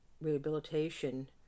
rehabilitation